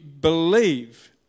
believe